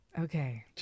Okay